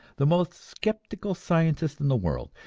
the most skeptical scientist in the world,